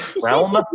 Realm